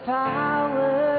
power